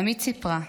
עמית סיפרה: